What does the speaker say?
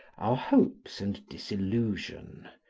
our hopes and disillusion,